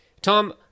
tom